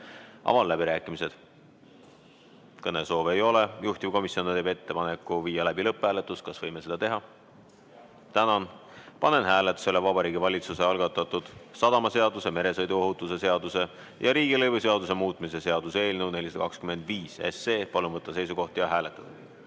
Avan läbirääkimised. Kõnesoove ei ole. Juhtivkomisjon teeb ettepaneku viia läbi lõpphääletus. Kas võime seda teha? Tänan! Panen hääletusele Vabariigi Valitsuse algatatud sadamaseaduse, meresõiduohutuse seaduse ja riigilõivuseaduse muutmise seaduse eelnõu 425. Palun võtta seisukoht ja hääletada!